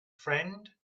friend